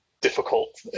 difficult